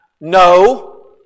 No